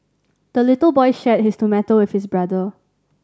the little boy shared his tomato with his brother